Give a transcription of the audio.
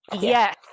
Yes